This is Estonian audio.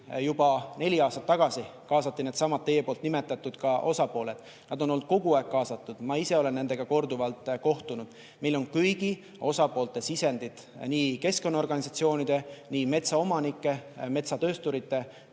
juba neli aastat tagasi kaasati needsamad teie nimetatud osapooled. Nad on olnud kogu aeg kaasatud, ma ise olen nendega korduvalt kohtunud, meil on kõigi osapoolte sisendid, nii keskkonnaorganisatsioonide, metsaomanike kui ka metsatöösturite